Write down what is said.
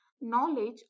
knowledge